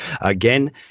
again